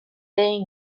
egin